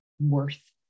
worth